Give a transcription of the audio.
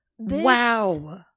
Wow